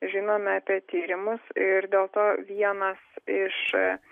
žinome apie tyrimus ir dėl to vienas iš